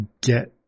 get